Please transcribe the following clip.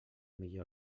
millor